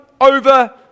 over